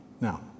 Now